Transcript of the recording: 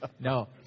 No